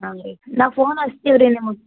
ಹಾಂ ರೀ ನಾವು ಫೋನ್ ಹಚ್ತೀವಿ ರೀ ನಿಮಗೆ